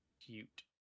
Cute